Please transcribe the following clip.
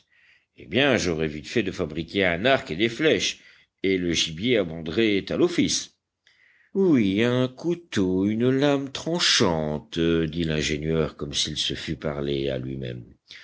eh bien j'aurais vite fait de fabriquer un arc et des flèches et le gibier abonderait à l'office oui un couteau une lame tranchante dit l'ingénieur comme s'il se fût parlé à lui-même